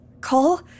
Cole